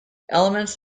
elements